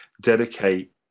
dedicate